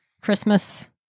Christmas